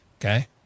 Okay